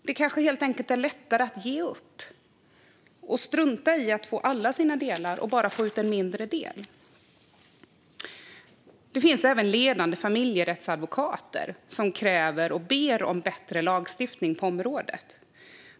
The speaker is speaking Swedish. Det kanske helt enkelt är lättare att ge upp, strunta i att få alla sina delar och bara få ut en mindre del. Det finns även ledande familjerättsadvokater som kräver och ber om bättre lagstiftning på området.